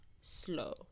slow